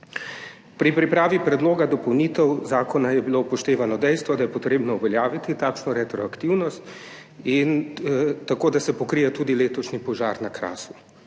Pri pripravi predloga dopolnitev zakona je bilo upoštevano dejstvo, da je potrebno uveljaviti takšno retroaktivnost, da se pokrije tudi letošnji požar na Krasu.